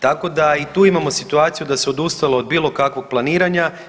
Tako da i tu imamo situaciju da se odustalo od bilo kakvog planiranja.